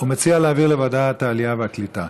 הוא מציע להעביר לוועדת העלייה והקליטה.